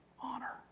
honor